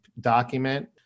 document